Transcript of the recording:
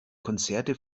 konzerte